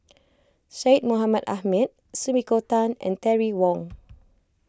Syed Mohamed Ahmed Sumiko Tan and Terry Wong